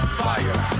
fire